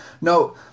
No